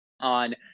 on